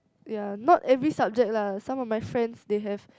ya not every subject lah some of my friends they have